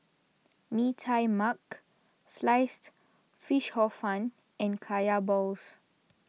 Mee Tai Mak Sliced Fish Hor Fun and Kaya Balls